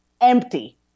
empty